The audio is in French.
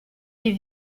les